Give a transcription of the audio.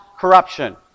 corruption